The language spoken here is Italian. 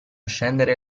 scendere